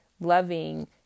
loving